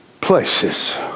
places